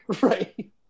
right